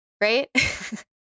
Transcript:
right